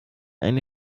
eine